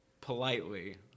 politely